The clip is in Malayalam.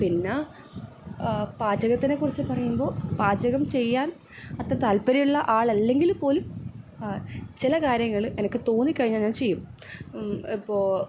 പിന്നെ പാചകത്തിനെക്കുറിച്ച് പറയുമ്പോൾ പാചകം ചെയ്യാൻ അത്ര താല്പര്യമുള്ള ആളല്ലെങ്കില് പോലും ചില കാര്യങ്ങള് എനക്ക് തോന്നിക്കഴിഞ്ഞാൽ ഞാൻ ചെയ്യും ഇപ്പോൾ